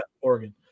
Oregon